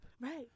Right